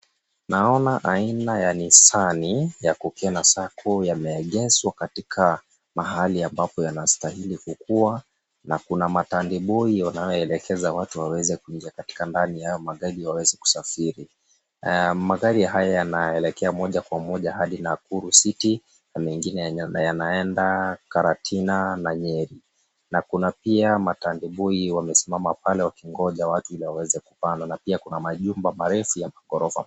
Naona aina ya Nissani ya Kukena Sacco, yameegeshwa katika mahali ambapo yanastahili kukuwa na kuna matandiboi wanayoelekeza watu waweze kuingia katika ndani ya haya magari waweze kusafiri. Magari haya yanaelekea moja kwa moja hadi Nakuru City na mengine yanaenda Karatina na Nyeri na kuna pia matandiboi wamesimama pale wakingoja watu ili waweze kupanda na pia kuna majumba marefu ya maghorofa.